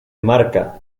marca